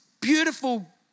beautiful